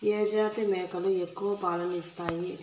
ఏ జాతి మేకలు ఎక్కువ పాలను ఇస్తాయి?